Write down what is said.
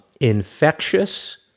infectious